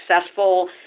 successful